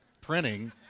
printing